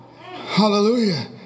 hallelujah